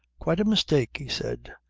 quite a mistake, he said.